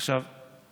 עכשיו,